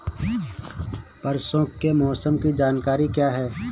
परसों के मौसम की जानकारी क्या है?